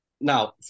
Now